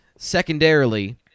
Secondarily